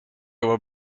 were